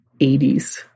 80s